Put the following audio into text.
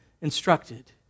instructed